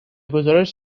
گزارش